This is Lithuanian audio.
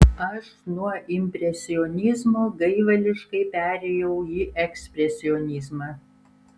aš nuo impresionizmo gaivališkai perėjau į ekspresionizmą